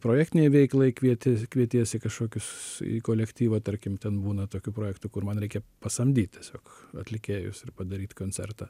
projektinei veiklai kvieti kvietiesi kažkokius į kolektyvą tarkim ten būna tokių projektų kur man reikia pasamdyt tiesiog atlikėjus ir padaryt koncertą